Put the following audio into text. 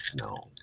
no